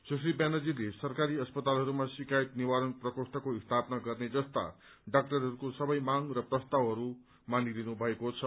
सुश्री ब्यानर्जीले सरकारी अस्पतालहरूमा शिकायत निवारण प्रकोष्ठको स्थापना गर्ने जस्ता डाक्टरहरूको सबै माग र प्रस्तावहरू मानिलिनू भएको छ